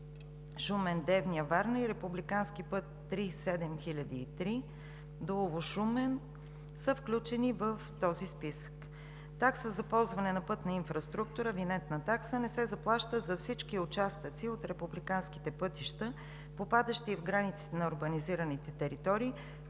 Шумен – Девня – Варна и републикански път ΙΙΙ 7003 Дулово – Шумен са включени в този списък. Такса за ползване на пътна инфраструктура – винетна такса, не се заплаща за всички участъци от републиканските пътища, попадащи в границите на урбанизираните територии,